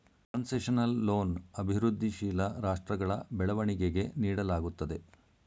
concessional loan ಅಭಿವೃದ್ಧಿಶೀಲ ರಾಷ್ಟ್ರಗಳ ಬೆಳವಣಿಗೆಗೆ ನೀಡಲಾಗುತ್ತದೆ